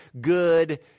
good